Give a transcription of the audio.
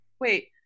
wait